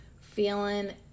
feeling